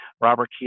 Robert